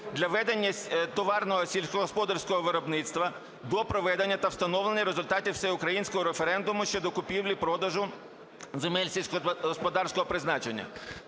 для ведення товарного сільськогосподарського виробництва до проведення та встановлення результатів всеукраїнського референдуму щодо купівлі-продажу земель сільськогосподарського призначення".